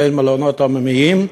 ואין מלונות עממיים,